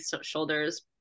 shoulders